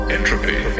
Entropy